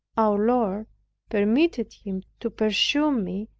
our lord permitted him to pursue me,